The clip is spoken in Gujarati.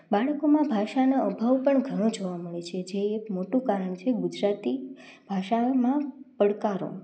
બાળકોમાં ભાષાનો અભાવ પણ ઘણો જોવા મળે છે જે એક મોટું કારણ છે ગુજરાતી ભાષામાં પડકારો